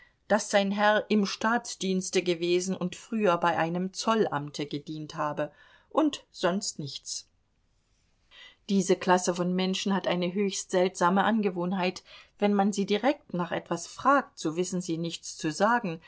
daß sein herr im staatsdienste gewesen und früher bei einem zollamte gedient habe und sonst nichts diese klasse von menschen hat eine höchst seltsame angewohnheit wenn man sie direkt nach etwas fragt so wissen sie nichts zu sagen